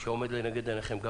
שעומדת לנגד עיניכם גם